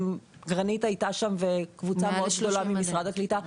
גרנית הייתה שם וקבוצה מאוד גדולה במשרד הקליטה.